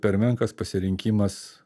per menkas pasirinkimas